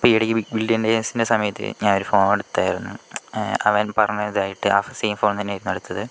ഇപ്പം ഈ ഇടയ്ക്ക് ബിഗ് മില്ല്യൻ ഡേസിൻ്റെ സമയത്ത് ഞാൻ ഒരു ഫോണെടുത്തായിരുന്നു അവൻ പറഞ്ഞതായിട്ട് ആ സെയിം ഫോൺ തന്നെയായിരുന്നു എടുത്തത്